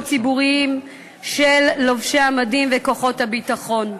ציבוריים של לובשי מדים וכוחות הביטחון.